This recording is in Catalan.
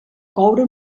coure